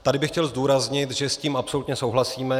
Tady bych chtěl zdůraznit, že s tím absolutně souhlasíme.